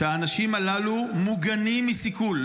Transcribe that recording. שהאנשים הללו מוגנים מסיכול,